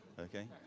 Okay